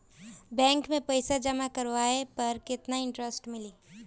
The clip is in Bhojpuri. बैंक में पईसा जमा करवाये पर केतना इन्टरेस्ट मिली?